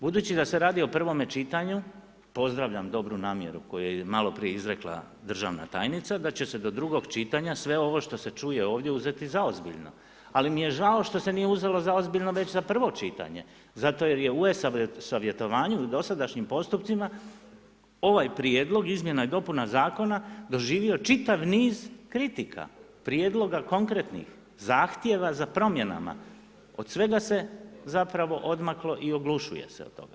Budući da se radi o prvome čitanju pozdravljam dobru namjeru koju je maloprije izrekla državna tajnica da će se do drugog čitanja sve ovo što se čuje ovdje uzeti zaozbiljno, ali mi je žao što se nije uzelo zaozbiljno već za prvo čitanje, zato jer je u savjetovanju u dosadašnjim postupcima ovaj prijedlog izmjena i dopuna zakona doživio čitav niz kritika, prijedloga konkretnih, zahtjeva za promjenama od svega se zapravo odmaklo i oglušuje se od toga.